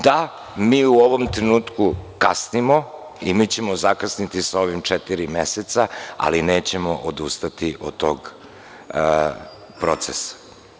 Da, mi u ovom trenutku kasnimo i mi ćemo zakasniti sa ovim četiri meseca, ali nećemo odustati od tog procesa.